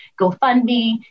GoFundMe